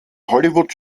hollywood